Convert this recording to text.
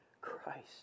Christ